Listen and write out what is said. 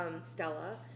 Stella